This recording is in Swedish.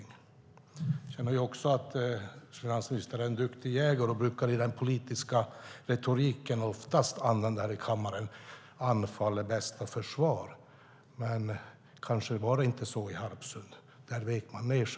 Sedan är det också så att finansministern är en duktig jägare och i den politiska retoriken här i kammaren brukar säga att anfall är bästa försvar. Men kanske var det inte så i Harpsund. Där vek man ned sig.